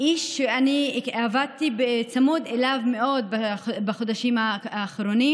איש שאני עבדתי צמוד אליו מאוד בחודשים האחרונים.